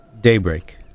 Daybreak